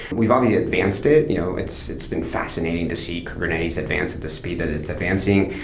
we've already advanced it. you know it's it's been fascinating to see kubernetes advance at the speed that it's advancing,